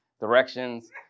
directions